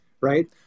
Right